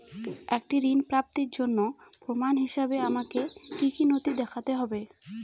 একটি ঋণ প্রাপ্তির জন্য প্রমাণ হিসাবে আমাকে কী কী নথি দেখাতে হবে?